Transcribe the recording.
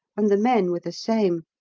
and the men were the same.